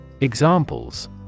Examples